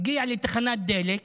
הגיע לתחנת דלק.